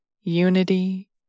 unity